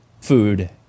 food